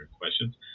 questions